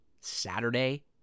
Saturday